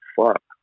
fuck